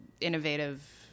innovative